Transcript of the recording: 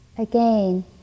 Again